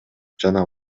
жана